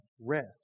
rest